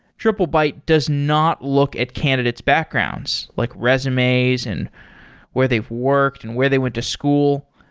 triplebyte does not look at candidates' backgrounds, like resumes and where they've worked and where they went to school.